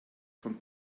von